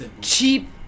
cheap